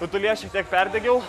rutulyje šiek tiek perdegiau